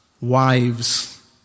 Wives